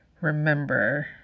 remember